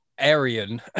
Aryan